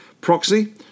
proxy